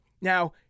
now